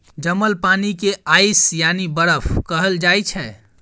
जमल पानि केँ आइस यानी बरफ कहल जाइ छै